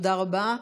תודה רבה.